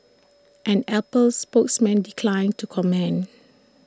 an Apple spokesman declined to comment